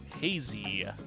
hazy